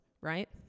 right